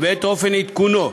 ואת אופן עדכונו.